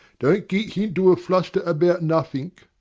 don't git hinto a fluster about nothink.